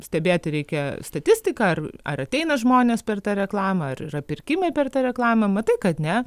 stebėti reikia statistiką ar ar ateina žmonės per tą reklamą ar yra pirkimai per tą reklamą matai kad ne